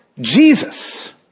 Jesus